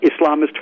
Islamist